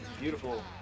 beautiful